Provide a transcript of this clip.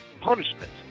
punishment